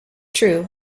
true